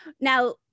now